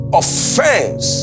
offense